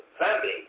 family